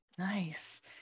Nice